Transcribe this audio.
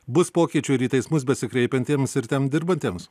bus pokyčių ir į teismus besikreipiantiems ir ten dirbantiems